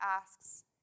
asks